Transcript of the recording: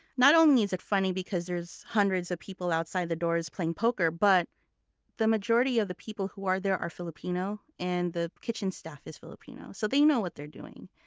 not only is it funny because there are hundreds of people outside the doors playing poker, but the majority of the people who are there are filipino and the kitchen staff is filipino, so they know what they're doing